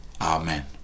Amen